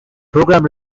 program